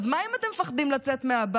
אז מה אם אתם מפחדים לצאת מהבית?